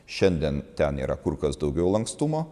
šiandien ten yra kur kas daugiau lankstumo